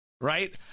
Right